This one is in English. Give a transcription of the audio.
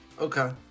Okay